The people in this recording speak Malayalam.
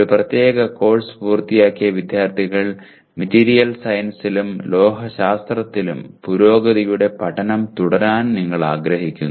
ഒരു പ്രത്യേക കോഴ്സ് പൂർത്തിയാക്കിയ വിദ്യാർത്ഥികൾ മെറ്റീരിയൽ സയൻസിലും ലോഹശാസ്ത്രത്തിലും പുരോഗതിയുടെ പഠനം തുടരാൻ നിങ്ങൾ ആഗ്രഹിക്കുന്നു